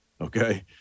Okay